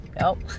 Nope